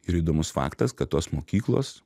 ir įdomus faktas kad tos mokyklos